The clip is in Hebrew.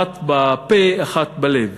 אחד בפה ואחד בלב.